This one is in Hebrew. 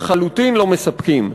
לחלוטין לא מספקים.